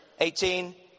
18